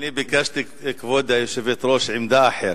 אני ביקשתי, כבוד היושבת-ראש, עמדה אחרת,